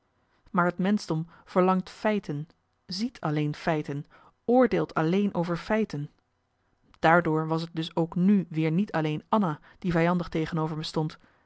maar het menschdom verlangt feiten ziet alleen feiten oordeelt alleen over feiten daardoor was t dus ook nu weer niet alleen anna die vijandig tegenover me stond